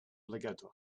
legato